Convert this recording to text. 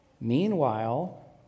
meanwhile